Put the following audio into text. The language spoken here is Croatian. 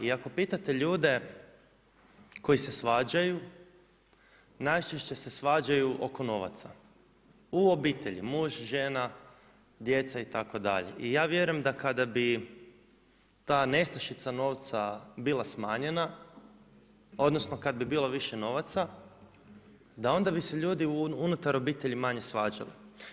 I ako pitate ljude koji se svađaju najčešće se svađaju oko novaca u obitelji, muž, žena, djeca itd. i ja vjerujem da kada bi ta nestašica novca bila smanjena odnosno kada bi bilo više novaca da bi se onda ljudi unutar obitelji manje svađali.